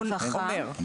מספרים.